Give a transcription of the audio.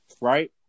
right